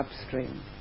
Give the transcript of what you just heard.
upstream